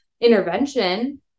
intervention